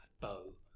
Bow